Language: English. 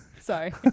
Sorry